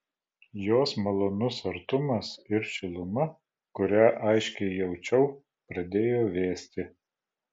jos malonus artumas ir šiluma kurią aiškiai jaučiau pradėjo vėsti